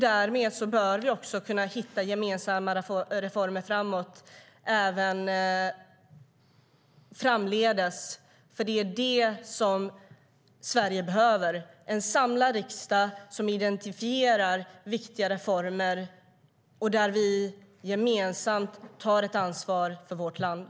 Därmed bör vi också kunna hitta gemensamma reformer även framdeles. Det är nämligen det som Sverige behöver - en samlad riksdag som identifierar viktiga reformer och gemensamt tar ett ansvar för vårt land.